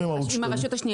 לא משנה.